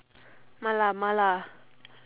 mala mala